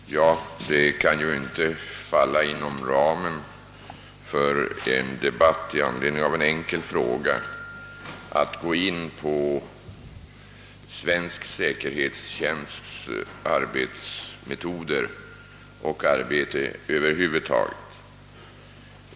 Herr talman! Det kan ju inte falla inom ramen för en debatt i anledning av en enkel fråga att gå in på svensk säkerhetstjänsts arbetsmetoder och arbete över huvud taget.